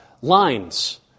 lines